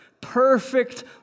Perfect